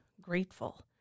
grateful